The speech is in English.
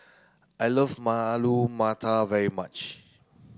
I love Alu Matar very much